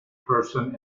person